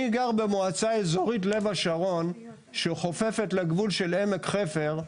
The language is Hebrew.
אני גר במועצה אזורית לב השרון שחופפת לגבול של עמק חפר,